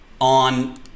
on